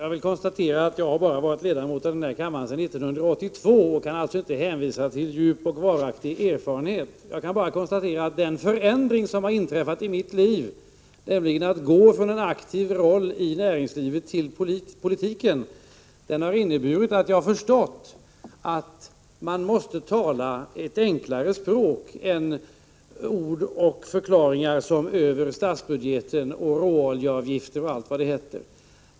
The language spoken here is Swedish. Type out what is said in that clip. Herr talman! Jag har bara varit ledamot av riksdagen sedan 1982 och kan alltså inte hänvisa till djup och varaktig erfarenhet. Jag kan bara konstatera att den förändring som har inträffat i mitt liv, nämligen att jag gått från en aktiv roll i näringslivet till politiken, har inneburit att jag förstår att man måste använda enklare ord och förklaringar än ”över statsbudgeten”, ”råoljeavgifter” och allt vad det heter.